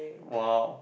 !wow!